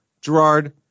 Gerard